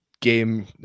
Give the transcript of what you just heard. game